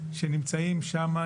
שנמצאים שם,